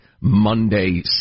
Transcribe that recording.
Monday